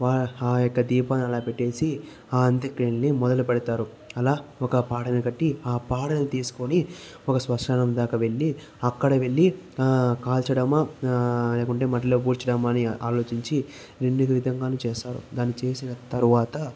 వా ఆ యొక్క దీపాన్ని అలా పెట్టేసి ఆ అంత్యక్రియలను మొదలు పెడతారు అలా ఒక పాడెను కట్టి ఆ పాడెను తీసుకుని ఒక స్మశానం దాకా వెళ్లి అక్కడ వెళ్లి కాల్చడమా లేకుంటే మట్టిలో పుడ్చడమా అని ఆలోచించి నిండీకృతంగా చేస్తారు దానిని చేసిన తర్వాత